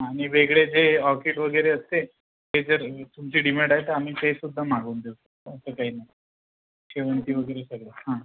आणि वेगळे जे ऑर्किड वगैरे असते ते जर तुमची डिमांड आहे तर आम्ही तेसुद्धा मागवून देऊ असं काही नाही शेवंती वगैरे सगळं हां